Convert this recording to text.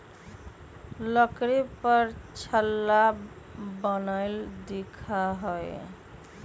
लकड़ी पर छल्ला बनल दिखा हई